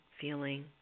feeling